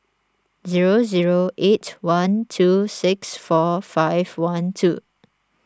zero zero eight one two six four five one two